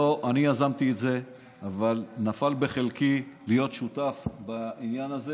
שלא אני יזמתי את זה אבל נפל בחלקי להיות שותף בעניין הזה.